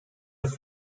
have